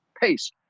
pace